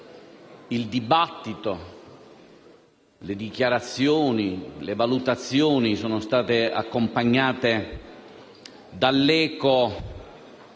il dibattito, le dichiarazioni e le valutazioni sono stati accompagnati dall'eco